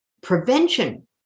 Prevention